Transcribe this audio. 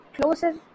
closer